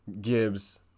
Gibbs